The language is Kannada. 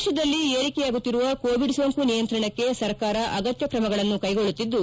ದೇತದಲ್ಲಿ ಏರಿಕೆಯಾಗುತ್ತಿರುವ ಕೋವಿಡ್ ಸೊಂಕು ನಿಯಂತ್ರಣಕ್ಕೆ ಸರ್ಕಾರ ಅಗತ್ಯ ಕ್ರಮಗಳನ್ನು ಕೈಗೊಳ್ಲುತ್ತಿದ್ದು